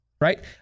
right